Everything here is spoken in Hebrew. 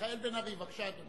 מיכאל בן-ארי, בבקשה, אדוני,